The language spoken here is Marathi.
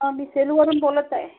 मी सेलूवरून बोलत आहे